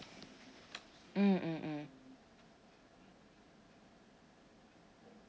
mm mm mm